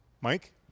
Mike